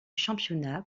championnat